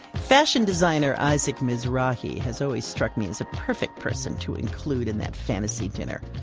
fashion designer isaac mizrahi has always struck me as a perfect person to include in that fantasy dinner.